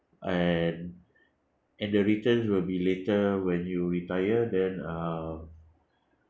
and and the returns will be later when you retire then uh